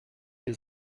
les